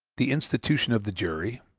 the institution of the jury,